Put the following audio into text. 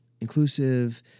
inclusive